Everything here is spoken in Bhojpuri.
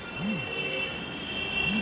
धान के भूसी भी पशु के खियावे के काम आवत हवे